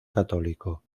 católico